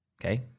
Okay